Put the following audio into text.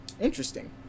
interesting